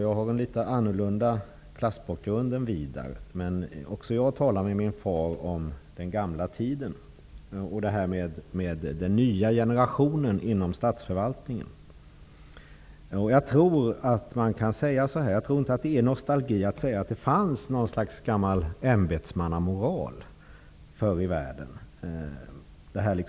Jag har en något annorlunda klassbakgrund än vad Widar Andersson har, men också jag talar med min far om den gamla tiden och om den nya generationen inom statsförvaltningen. Jag tror inte att det är nostalgiskt att säga att det fanns något slags gammal ämbetsmannamoral förr i världen.